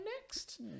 next